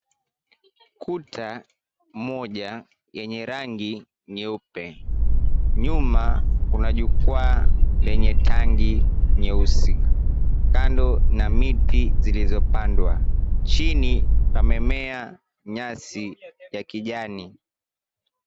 Kuta moja yenye rangi nyeupe, nyuma kuna jukwaa lenye tangi nyeusi, kando na miti zilizopandwa chini pamemea nyasi ya kijani.